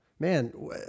man